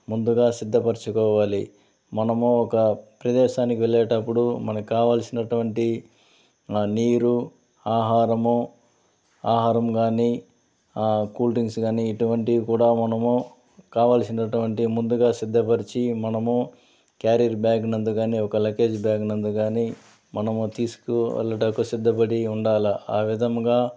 ముందుగా సిద్ధపరచుకోవాలి మనము ఒక ప్రదేశానికి వెళ్లేటప్పుడు మనకు కావాల్సినటువంటి నీరు ఆహారము ఆహారం గాని ఆ కూల్డ్రింక్స్ కానీ ఇటువంటివి కూడా మనము కావలసినటువంటి ముందుగా సిద్ధపరిచి మనము క్యారీ బ్యాగ్ నందు కానీ ఒక లగేజ్ బ్యాగ్ నందు గాని మనము తీసుకు వెళ్ళుటకు సిద్ధపడి ఉండాల ఆ విధముగా